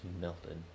melted